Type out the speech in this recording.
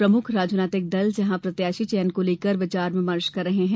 प्रमुख राजनैतिक दल जहां प्रत्याशी चयन को लेकर विचार विमर्श कर रहे है